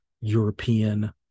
European